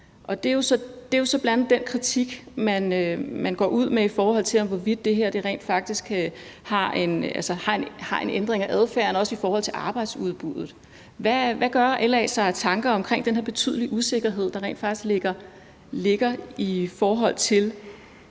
Det er jo så bl.a. den kritik, man går ud med, i forhold til hvorvidt det her faktisk har en betydning for adfærden også i forhold til arbejdsudbuddet. Hvad gør LA sig af tanker om den her betydelige usikkerhed, der rent faktisk ligger i forhold til